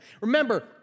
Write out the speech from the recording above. Remember